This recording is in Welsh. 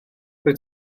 rwyt